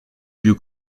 più